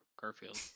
garfield